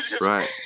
right